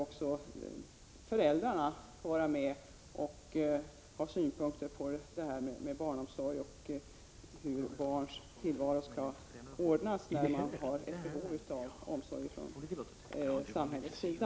Även föräldrarna skall vara med och anlägga synpunkter på det här med barnomsorgen. Det gäller ju hur barnens tillvaro skall ordnas när det finns behov av omsorg från samhällets sida.